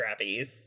strappies